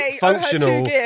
functional